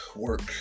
Work